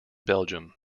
belgium